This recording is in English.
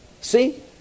See